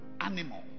animal